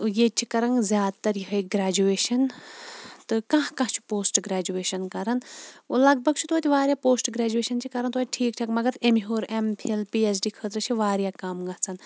ییٚتہِ چھِ کَران زیادٕ تَر یہٕے گریجُویشَن تہٕ کانٛہہ کانٛہہ چھُ پوسٹ گریجُویشَن کَران لَگ بَگ چھِ توتہِ واریاہ پوسٹ گریجُویشَن چھِ کَران توتہِ ٹھیٖکھ ٹھاک مَگَر امہِ ہیٚور M Phil P H D خٲطرٕ چھِ واریاہ کم گَژھان